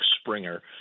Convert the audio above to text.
Springer